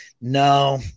No